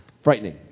Frightening